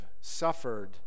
suffered